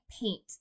paint